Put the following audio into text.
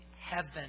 heaven